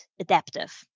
adaptive